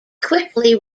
quickly